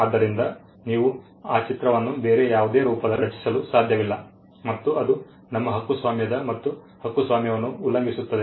ಆದ್ದರಿಂದ ನೀವು ಆ ಚಿತ್ರವನ್ನು ಬೇರೆ ಯಾವುದೇ ರೂಪದಲ್ಲಿ ರಚಿಸಲು ಸಾಧ್ಯವಿಲ್ಲ ಮತ್ತು ಅದು ನಮ್ಮ ಹಕ್ಕುಸ್ವಾಮ್ಯ ಮತ್ತು ಹಕ್ಕುಸ್ವಾಮ್ಯವನ್ನು ಉಲ್ಲಂಘಿಸುತ್ತದೆ